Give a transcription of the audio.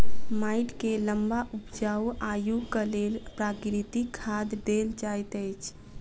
माइट के लम्बा उपजाऊ आयुक लेल प्राकृतिक खाद देल जाइत अछि